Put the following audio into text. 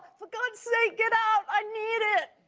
for god sake, get out. i need it